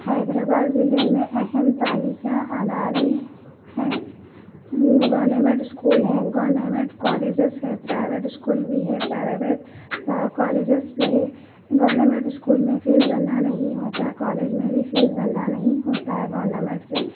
حیدرآباد ضلع میں اہم تعلیمی ادارے ہیں گورنمینٹ اسکول ہے گورنمینٹ کالجز ہے پرائویٹ اسکول بھی ہے پرائویٹ کالجز بھی ہے گورنمینٹ اسکول میں فیس بھرنا نہیں ہوتا کالج میں بھی فیس بھرنا نہیں ہوتا ہے گورنمینٹ کے